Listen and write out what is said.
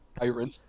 Iron